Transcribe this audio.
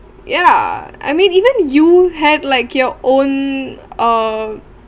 yeah I mean even you have like your own uh